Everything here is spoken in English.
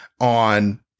on